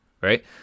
right